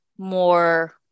More